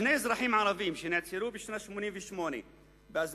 שני אזרחים ערבים שנעצרו בשנת 1988 באשמת